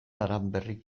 aranberrik